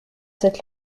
cette